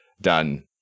done